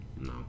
No